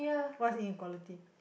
what's inequality